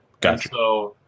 Gotcha